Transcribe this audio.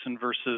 versus